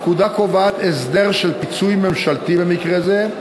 הפקודה קובעת הסדר של פיצוי ממשלתי במקרה זה,